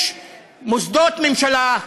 יש מוסדות ממשלה,